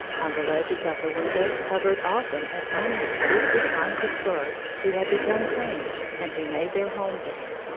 on the ledges of the windows hovered often as many as fifty kinds of birds who had become tamed and who made their home there.